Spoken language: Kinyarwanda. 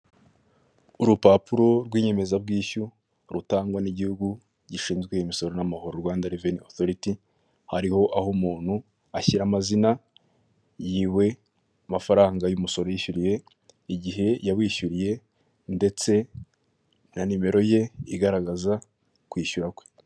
Urupapuro rw'inyemezabwishyu rutangwa n'igihugu gishinzwe imisoro n'amahoro Rwanda reveni otoriti, hariho aho umuntu ashyira amazina yiwe, amafaranga y'umusoro yishyuye, igihe yawishyuriye ndetse na nimero ye igaragaza kwishyura kwe.